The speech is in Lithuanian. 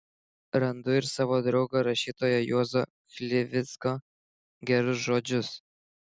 randu ir savo draugo rašytojo juozo chlivicko gerus žodžius